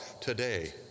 today